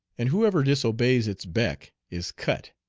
and whoever disobeys its beck is cut.